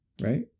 right